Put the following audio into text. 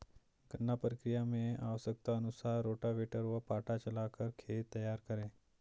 गन्ना प्रक्रिया मैं आवश्यकता अनुसार रोटावेटर व पाटा चलाकर खेत तैयार करें